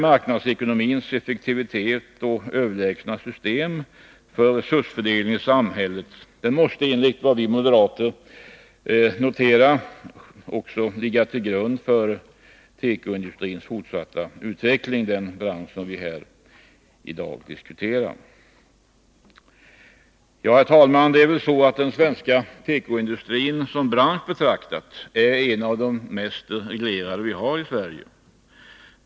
Marknadsekonomins effektivitet och överlägsenhet när det gäller resursfördelningen i samhället måste därför enligt oss moderater också ligga till grund för tekoindustrins fortsatta utveckling, den bransch som vi diskuterar här i dag. Herr talman! Den svenska tekoindustrin som bransch betraktad är en av de mest reglerade branscherna i Sverige.